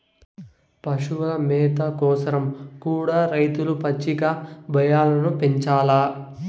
పశుల మేత కోసరం కూడా రైతులు పచ్చిక బయల్లను పెంచాల్ల